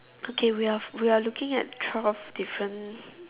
okay we are we are looking at twelve different